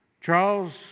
Charles